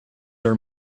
are